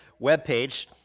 webpage